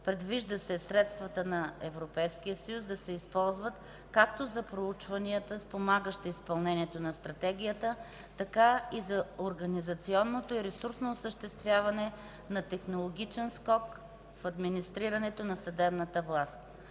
Предвижда се средства на Европейския съюз да се използват както за проучванията, спомагащи изпълнението на Стратегията, така и за организационно и ресурсно осъществяване на технологичен скок в администрирането на съдебната власт.